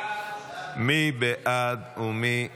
מי בעד ומי נגד?